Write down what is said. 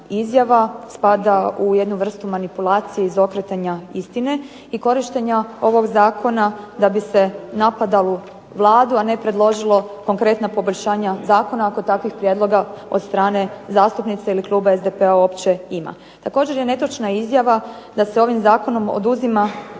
izjava. Spada u jednu vrstu manipulacije i okretanja istine i korištenja ovog zakona da bi se napadalo Vladu a ne predložilo konkretna poboljšanja zakona ako takvih prijedloga od strane zastupnice ili od kluba SDP-a uopće ima. Također je netočna izjava da se ovim zakonom oduzima